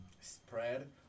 spread